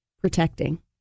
protecting